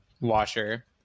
washer